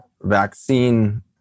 vaccine